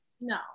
No